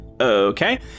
Okay